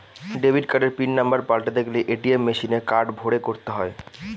debit কার্ডের PIN number পাল্টাতে গেলে এ.টি.এম মেশিনে কার্ড ভোরে করতে হয়